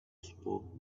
spoke